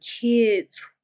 kids